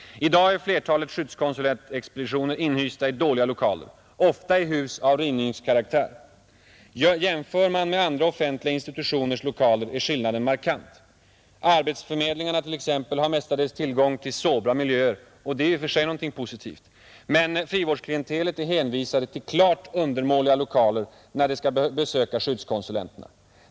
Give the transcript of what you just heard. I dag är flertalet skyddskonsulentexpeditioner inhysta i dåliga lokaler — ofta i hus av rivningskaraktär. Jämför man med andra offentliga institutioners lokaler är skillnaden markant. Arbetsförmedlingarna t.ex. har mestadels tillgång till sobra miljöer, och det är i och för sig positivt, medan frivårdsklientelet är hänvisat till klart undermåliga lokaler när det skall besöka skyddskonsulenterna.